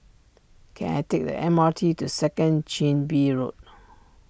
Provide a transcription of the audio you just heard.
can I take the M R T to Second Chin Bee Road